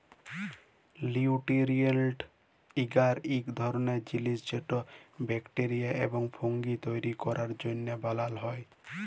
লিউটিরিয়েল্ট এগার ইক ধরলের জিলিস যেট ব্যাকটেরিয়া এবং ফুঙ্গি তৈরি ক্যরার জ্যনহে বালাল হ্যয়